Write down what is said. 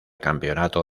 campeonato